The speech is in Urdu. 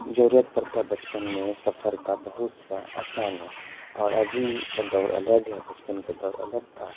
ضرورت پڑتا ہے بچپن میں سفر کا بہت سا آسان ہو اور ابھی کا دور الگ ہے بچپن کا دور الگ تھا